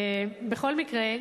בכל מקרה,